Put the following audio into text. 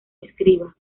escriba